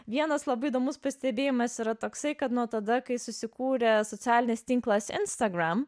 vienas labai įdomus pastebėjimas yra toksai kad nuo tada kai susikūrė socialinis tinklas instagram